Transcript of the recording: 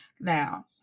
Now